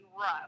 rough